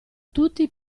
tutti